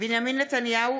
בנימין נתניהו,